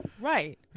Right